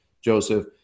Joseph